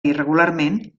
irregularment